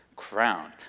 crowned